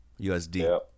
USD